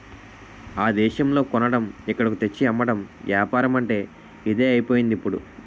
ఆ దేశంలో కొనడం ఇక్కడకు తెచ్చి అమ్మడం ఏపారమంటే ఇదే అయిపోయిందిప్పుడు